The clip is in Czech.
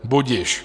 Budiž.